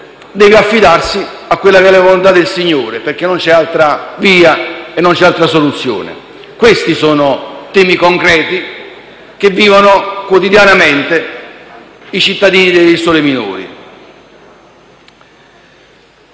deve affidarsi alla volontà del Signore, perché non c'è altra via e non c'è soluzione. Questi sono i problemi concreti che vivono quotidianamente i cittadini delle isole minori.